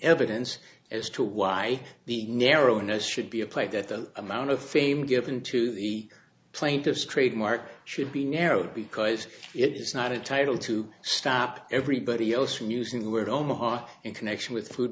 evidence as to why the narrowness should be a plate that the amount of fame given to the plaintiff's trademark should be narrowed because it's not a title to stop everybody else from using the word omaha in connection with food